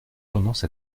tendance